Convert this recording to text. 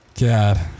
God